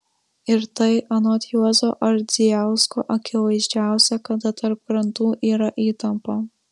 ir tai anot juozo ardzijausko akivaizdžiausia kada tarp krantų yra įtampa